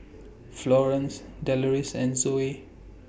Florie Deloris and Zoey